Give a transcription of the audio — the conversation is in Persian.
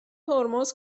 ترمز